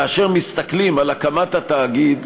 כאשר מסתכלים על הקמת התאגיד,